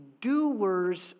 doers